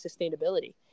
sustainability